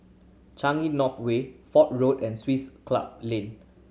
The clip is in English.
Changi North Way Fort Road and Swiss Club Lane